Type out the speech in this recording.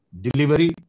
delivery